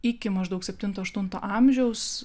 iki maždaug septinto aštunto amžiaus